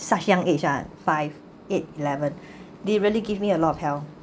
such young age ah five eight eleven they really give me a lot of hell